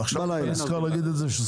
עכשיו אתה נזכר להגיד את זה?